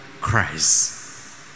Christ